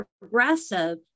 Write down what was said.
progressive